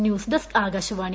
news desk Akashvani